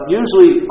usually